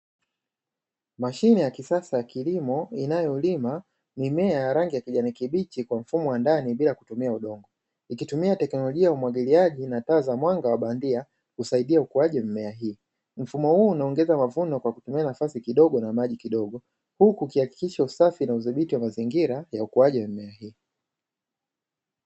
Mashine ya kisasa ya kilimo inayolima mimea ya rangi ya kijani kibichi kwa mfumo wa ndani bila kutumia udongo, ikitumia teknolojia ya umwagiliaji na taa za mwanga wa bandia kusaidia ukuaji wa mimea hiyo, mfumo huu unaongeza mavuno kwa kutumia nafasi kidogo na maji kidogo, huku ukihakikisha usafi na udhibiti wa mazingira ya ukuaji wa mimea hii.